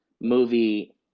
movie